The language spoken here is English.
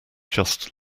just